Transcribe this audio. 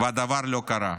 והדבר לא קרה.